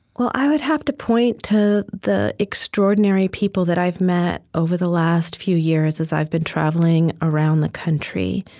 well, i would have to point to the extraordinary people that i've met over the last few years as i've been traveling around the country,